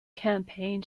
campaign